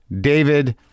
David